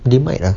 they might lah